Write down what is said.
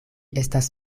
estas